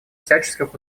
всяческих